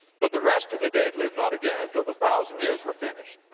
but the rest of the dead lived not again until the thousand years were finished.